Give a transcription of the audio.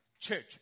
Church